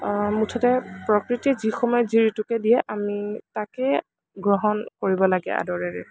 মুঠতে প্ৰকৃতিত যি সময়ত যি ঋতুকে দিয়ে আমি তাকে গ্ৰহণ কৰিব লাগে আদৰেৰে